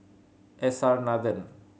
S R Nathan